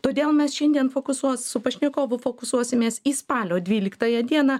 todėl mes šiandien fokusuos su pašnekovu fokusuosimės į spalio dvyliktąją dieną